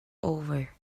over